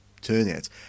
turnouts